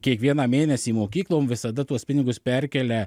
kiekvieną mėnesį mokyklom visada tuos pinigus perkelia